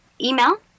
email